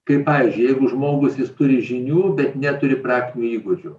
kaip pavyzdžiui jeigu žmogus jis turi žinių bet neturi praktinių įgūdžių